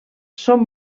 són